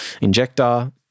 injector